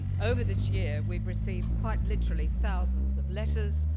over this year, we've received quite literally thousands of letters,